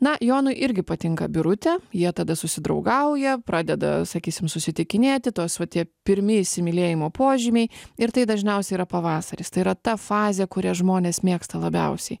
na jonui irgi patinka birutė jie tada susidraugauja pradeda sakysim susitikinėti tos va tie pirmi įsimylėjimo požymiai ir tai dažniausiai yra pavasaris tai yra ta fazė kurią žmonės mėgsta labiausiai